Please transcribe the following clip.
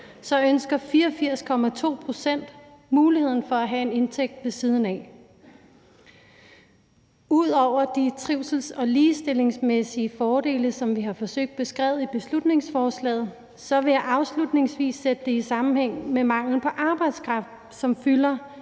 så ønsker 84,2 pct. muligheden for at have en indtægt ved siden af. Ud over de trivsels- og ligestillingsmæssige fordele, som vi har forsøgt at beskrive i beslutningsforslaget, vil jeg afslutningsvis sætte det i sammenhæng med manglen på arbejdskraft, som fylder